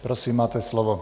Prosím, máte slovo.